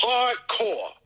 Hardcore